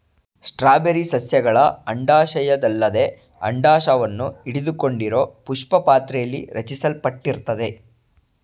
strawberry ಸಸ್ಯಗಳ ಅಂಡಾಶಯದಲ್ಲದೆ ಅಂಡಾಶವನ್ನು ಹಿಡಿದುಕೊಂಡಿರೋಪುಷ್ಪಪಾತ್ರೆಲಿ ರಚಿಸಲ್ಪಟ್ಟಿರ್ತದೆ